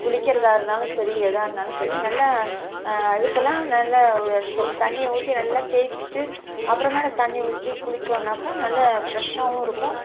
குளிக்கிறதாக இருந்தாலும் சரி எதாக இருந்தாலும் சரி நல்லா அழுக்கெல்லாம் நல்லா ரெண்டு சொம்பு தண்ணிய ஊற்றி நல்லா தேச்சிட்டு அப்புறமேல தண்ணி ஊற்றி குளிச்சோனாக்கா நல்லா ஃப்ரெஷ்ஷாகவும் இருக்கும்